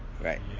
Right